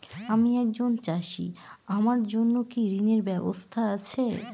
আমি একজন চাষী আমার জন্য কি ঋণের ব্যবস্থা আছে?